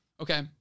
Okay